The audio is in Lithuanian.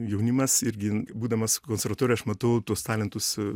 jaunimas irgi būdamas konservatorijoj aš matau tuos talentus